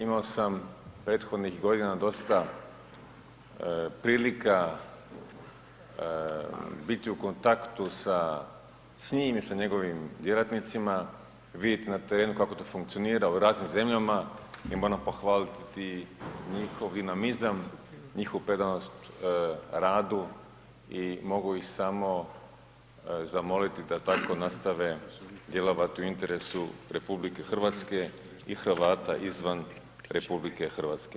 Imao sam prethodnih godina dosta prilika biti u kontaktu s njim i sa njegovim djelatnicima, vidite na terenu kako to funkcionira, u raznim zemljama i moram pohvaliti njihov ... njihovu predanost radu i mogu ih samo zamoliti da tako nastave djelovat u interesu RH i Hrvata izvan RH.